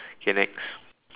okay next